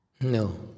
No